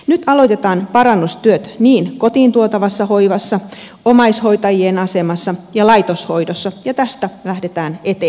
nyt aloitetaan parannustyöt niin kotiin tuotavassa hoivassa omaishoitajien asemassa kuin laitoshoidossa ja tästä lähdetään eteenpäin